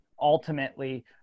ultimately